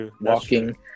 walking